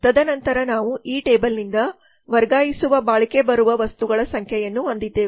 ತದನಂತರ ನಾವು ಈ ಟೇಬಲ್ನಿಂದ ವರ್ಗಾಯಿಸುವ ಬಾಳಿಕೆ ಬರುವ ವಸ್ತುಗಳ ಸಂಖ್ಯೆಯನ್ನು ಹೊಂದಿದ್ದೇವೆ